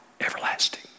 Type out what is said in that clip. everlasting